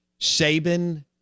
Saban